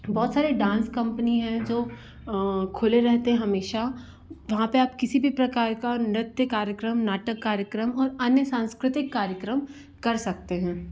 बहुत सारे dance company हैं जो खुले रहते हैं हमेशा वहाँ पर आप किसी भी प्रकार का नृत्य कार्यक्रम नाटक कार्यक्रम और अन्य सांस्कृतिक कार्यक्रम कर सकते हैं